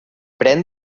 pren